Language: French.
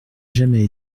jamais